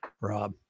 Rob